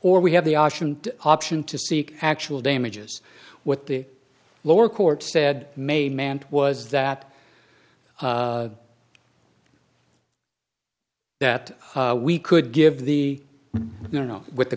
or we have the option option to seek actual damages what the lower court said may mandate was that that we could give the you know what the